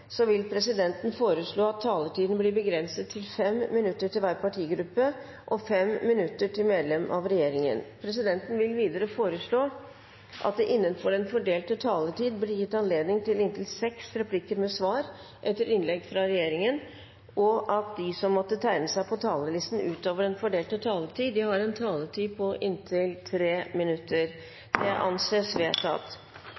så mange år at jeg vet hvem som har lagt strukturene for dette. Replikkordskiftet er omme. Flere har ikke bedt om ordet til sak nr. 3. Etter ønske fra energi- og miljøkomiteen vil presidenten foreslå at taletiden blir begrenset til 5 minutter til hver partigruppe og 5 minutter til medlemmer av regjeringen. Videre vil presidenten foreslå at det – innenfor den fordelte taletid – blir gitt anledning til inntil seks replikker med svar etter innlegg